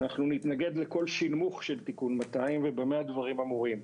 ואנחנו נתנגד לכל שנמוך של תיקון 200. ובמה הדברים אמורים?